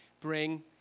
bring